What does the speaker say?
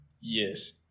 Yes